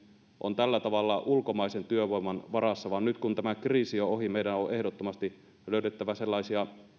on tällä tavalla ulkomaisen työvoiman varassa vaan kun tämä kriisi on ohi meidän on ehdottomasti löydettävä sellaisia